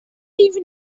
even